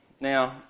Now